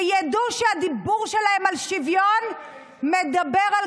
שידעו שהדיבור שלהם על שוויון מדבר על